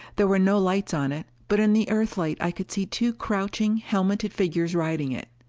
there were no lights on it, but in the earthlight i could see two crouching, helmeted figures riding it.